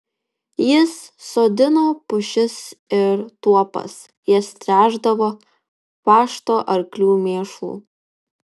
jis sodino pušis ir tuopas jas tręšdavo pašto arklių mėšlu